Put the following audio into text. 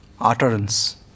utterance